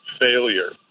failure